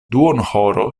duonhoro